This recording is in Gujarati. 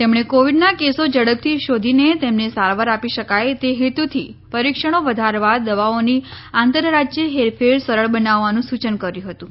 તેમણે કોવિડના કેસો ઝડપથી શોધીને તેમને સારવાર આપી શકાય તે હેતુથી પરીક્ષણો વધારવા દવાઓની આંતરરાજ્ય હેરફેર સરળ બનાવવાનું સૂચન કર્યું હતું